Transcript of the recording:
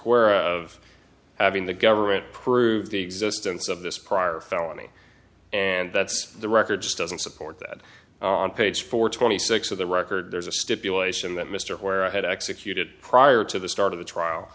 where of having the government prove the existence of this prior felony and that's the record just doesn't support that on page four twenty six of the record there's a stipulation that mr where i had executed prior to the start of the trial